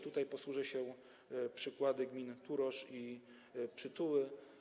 Tutaj posłużę się przykładem gmin Turośl i Przytuły.